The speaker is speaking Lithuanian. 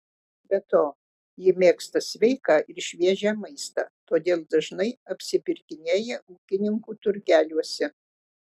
be to ji mėgsta sveiką ir šviežią maistą todėl dažnai apsipirkinėja ūkininkų turgeliuose